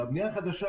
בבנייה החדשה,